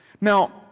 Now